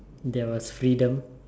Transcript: there was freedom